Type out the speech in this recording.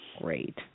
Great